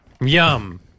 Yum